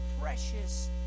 precious